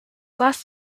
last